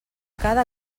cada